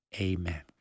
Amen